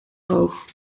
oog